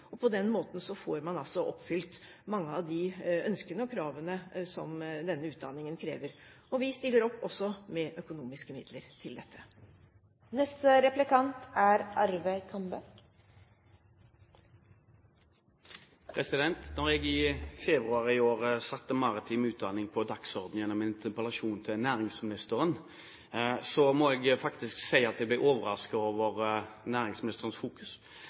og med næringsliv. På den måten får man altså oppfylt mange av ønskene for og kravene til denne utdanningen. Vi stiller også opp med økonomiske midler til dette. Da jeg i februar i år satte maritim utdanning på dagsordenen gjennom en interpellasjon til næringsministeren, må jeg si at jeg ble overrasket over næringsministerens fokus.